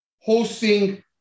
hosting